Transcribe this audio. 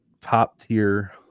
top-tier